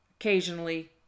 occasionally